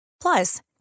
Plus